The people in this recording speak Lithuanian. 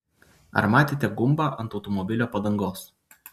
ar matėte gumbą ant automobilio padangos